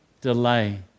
delay